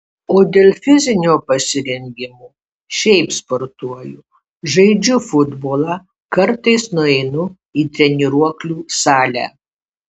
o dėl fizinio pasirengimo šiaip sportuoju žaidžiu futbolą kartais nueinu į treniruoklių salę